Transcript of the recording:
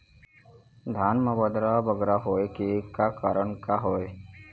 धान म बदरा बगरा होय के का कारण का हवए?